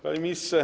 Panie Ministrze!